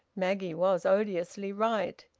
maggie was odiously right.